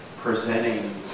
presenting